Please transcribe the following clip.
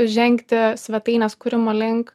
žengti svetainės kūrimo link